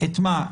את מה?